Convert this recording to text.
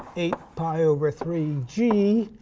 eight pi over three g.